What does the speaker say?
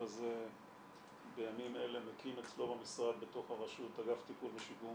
הזה בימים אלה מקים אצלו במשרד בתוך הרשות אגף טיפול ושיקום